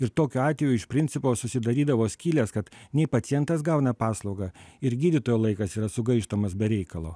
ir tokiu atveju iš principo susidarydavo skylės kad nei pacientas gauna paslaugą ir gydytojo laikas yra sugaištamas be reikalo